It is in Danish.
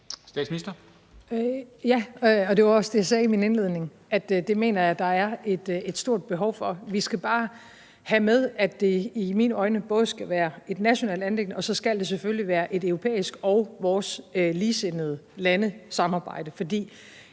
Frederiksen): Ja, og det var også det, jeg sagde i min indledning: at det mener jeg der er et stort behov for. Vi skal bare have med, at det i mine øjne både skal være et nationalt anliggende, og så skal det selvfølgelig være et europæisk samarbejde og et samarbejde med